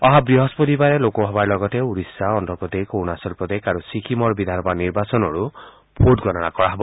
অহা বৃহস্পতিবাৰে লোকসভাৰ লগতে ওড়িশা অন্ধপ্ৰদেশ অৰুণাচল প্ৰদেশ আৰু ছিকিমৰ বিধানসভা নিৰ্বাচনৰো ভোট গণনা কৰা হব